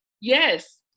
yes